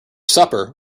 supper